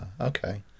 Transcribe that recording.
okay